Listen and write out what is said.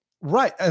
Right